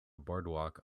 boardwalk